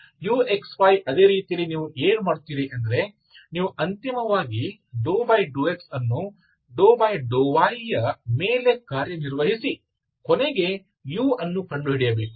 uxy ಅದೇ ರೀತಿಯಲ್ಲಿ ನೀವು ಏನು ಮಾಡುತ್ತೀರಿ ಎಂದರೆ ನೀವು ಅಂತಿಮವಾಗಿ ∂x ಅನ್ನು ∂y ಯ ಮೇಲೆ ಕಾರ್ಯನಿರ್ವಹಿಸಿ ಕೊನೆಗೆ u ಅನ್ನು ಕಂಡುಹಿಡಿಯಬೇಕು